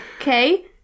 okay